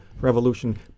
revolution